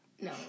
No